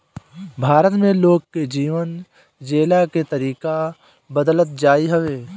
भारत में लोग के जीवन जियला के तरीका बदलत जात हवे